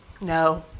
no